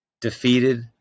defeated